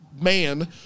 man